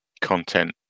content